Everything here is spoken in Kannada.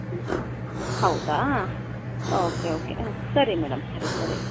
ಹೌದಾ ಓಕೆ ಓಕೆ ಊಂ ಸರಿ ಮೇಡಂ ಸರಿ ಸರಿ